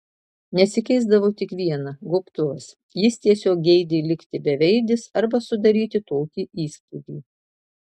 nesikeisdavo tik viena gobtuvas jis tiesiog geidė likti beveidis arba sudaryti tokį įspūdį